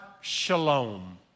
shalom